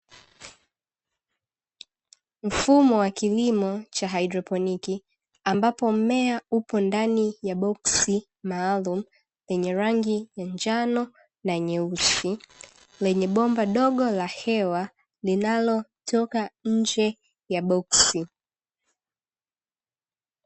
Mfumo wa kilimo cha haidroponiki, ambapo mmea upo ndani ya boksi maalumu lenye rangi ya njano na nyeusi, lenye bomba dogo la hewa linalotoka nje ya boksi.